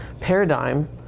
paradigm